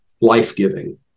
life-giving